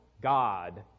God